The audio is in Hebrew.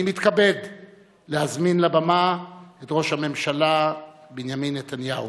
אני מתכבד להזמין לבמה את ראש הממשלה בנימין נתניהו.